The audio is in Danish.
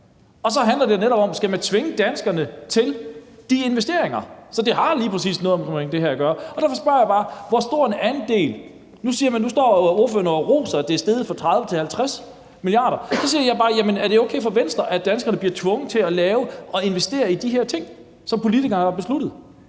og så handler det netop om, om man skal tvinge danskerne til de investeringer. Så det har lige præcis noget med det her at gøre. Nu står ordføreren og roser, at det er steget fra 30 til 50 milliarder, og så spørger jeg bare, om det er okay for Venstre, at danskerne bliver tvunget til at investere i de her ting, som politikerne har besluttet.